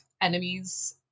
enemies